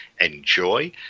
enjoy